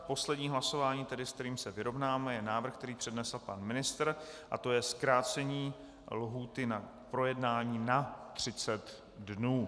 Poslední hlasování, s kterým se vyrovnáme, je návrh, který přednesl pan ministr, a to je zkrácení lhůty na projednání na 30 dnů.